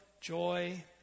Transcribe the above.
joy